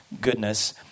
goodness